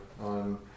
on